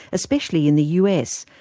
especially in the us,